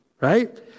right